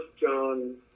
John